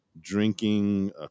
drinking